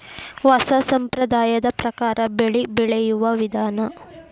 ಹೊಸಾ ಸಂಪ್ರದಾಯದ ಪ್ರಕಾರಾ ಬೆಳಿ ಬೆಳಿಯುವ ವಿಧಾನಾ